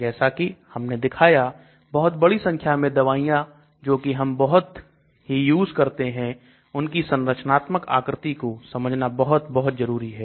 जैसा कि हमने दिखाया बहुत बड़ी संख्या में दवाइयां जो कि हम बहुत ही यूज करते हैं उनकी संरचनात्मक आकृति को समझना बहुत बहुत जरूरी है